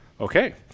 Okay